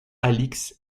alix